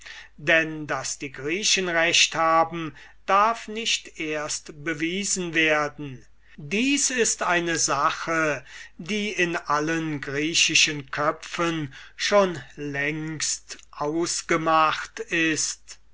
denn daß die griechen recht haben darf nicht erst bewiesen werden dies ist eine sache die in allen griechische köpfen schon längst ausgemacht ist